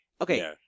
okay